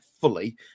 fully